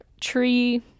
tree